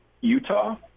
Utah